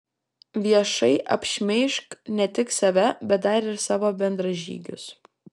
viešai apšmeižk ne tik save bet dar ir savo bendražygius